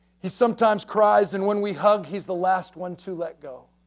he sometimes cries and when we hug, he's the last one to let go.